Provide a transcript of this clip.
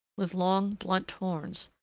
with long, blunt horns,